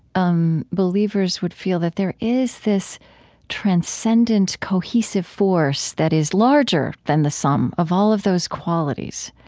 um believers would feel that there is this transcendent, cohesive force that is larger than the sum of all of those qualities.